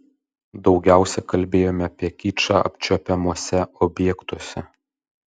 daugiausia kalbėjome apie kičą apčiuopiamuose objektuose